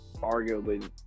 arguably